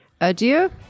Adieu